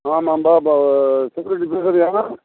ஆமாம்பா ப செக்யூரிட்டி பேசுகிறீயா